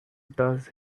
does